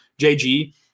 JG